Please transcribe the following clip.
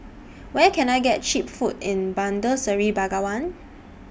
Where Can I get Cheap Food in Bandar Seri Begawan